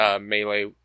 melee